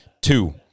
Two